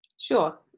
Sure